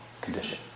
condition